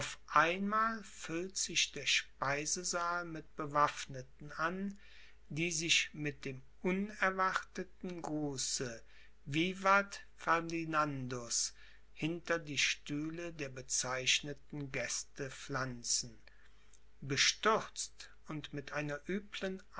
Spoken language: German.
einmal füllt sich der speisesaal mit bewaffneten an die sich mit dem unerwarteten gruße vivat ferdinandus hinter die stühle der bezeichneten gäste pflanzen bestürzt und mit einer